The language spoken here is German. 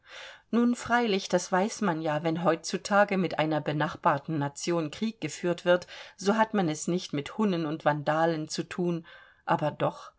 nun freilich das weiß man ja wenn heutzutage mit einer benachbarten nation krieg geführt wird so hat man es nicht mit hunnen und vandalen zu thun aber doch